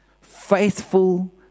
Faithful